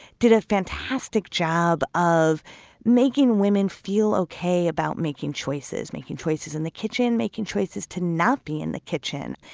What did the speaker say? did a fantastic job of making women feel okay about making choices making choices in the kitchen, making choices to not be in the kitchen.